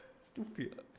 Stupid